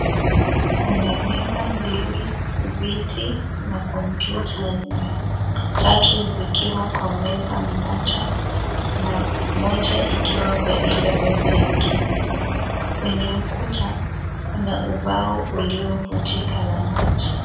Kuna meza mbili ,viti na kompyuta nne tatu zikiwa kwa meza moja na moja ikiwa kwa ile meza nyingine ,kwenye ukuta kuna ubao uliovunjika na maji.